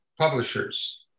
publishers